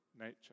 nature